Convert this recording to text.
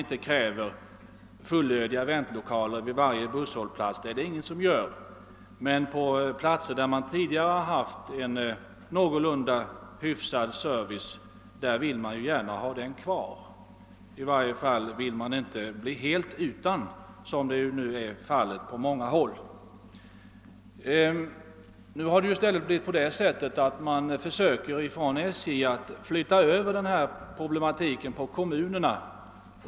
Ingen kräver välutrustade väntlokaler vid varje busshållplats, men på platser där det tidigare funnits en någorlunda hyfsad service vill man gärna ha den kvar. I varje fall vill man inte bli helt utan service, såsom nu är fallet på många håll. I stället har det blivit på det sättet att SJ försöker flytta över den här problematiken på kommunerna.